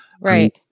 Right